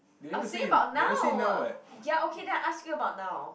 I'm saying about now ya okay then I ask you about now